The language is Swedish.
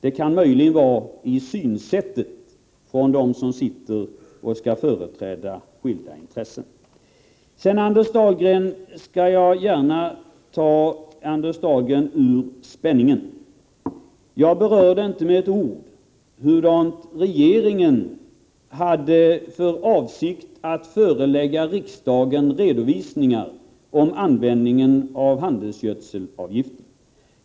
Den kan möjligen ligga i synsättet hos dem som skall företräda skilda intressen. Sedan skall jag gärna befria Anders Dahlgren från spänningen. Jag berörde inte med ett ord huruvida regeringen hade för avsikt att förelägga riksdagen någon redovisning om användningen av handelsgödselavgiften.